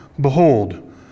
behold